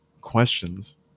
questions